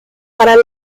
para